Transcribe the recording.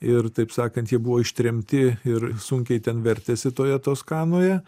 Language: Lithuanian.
ir taip sakant jie buvo ištremti ir sunkiai ten vertėsi toje toskanoje